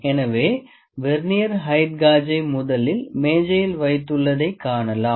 எனவே vernier height காஜை முதலில் மேஜையில் வைத்துள்ளதை காணலாம்